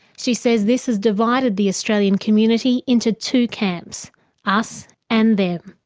she says this has divided the australian community into two camps us and them.